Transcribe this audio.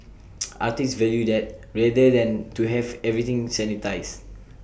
artists value that rather than to have everything sanitised